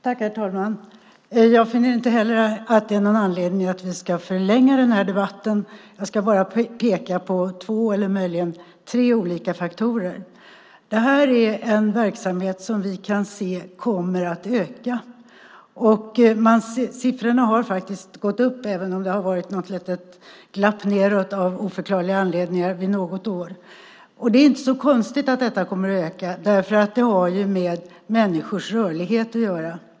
Herr talman! Jag finner inte heller någon anledning att förlänga den här debatten. Jag ska bara peka på två eller möjligen tre olika faktorer. Det här är en verksamhet som vi kan se kommer att öka. Siffrorna har faktiskt gått upp, även om det något år, av oförklarliga anledningar, har varit något litet glapp nedåt. Det är inte så konstigt att detta kommer att öka. Det har ju med människors rörlighet att göra.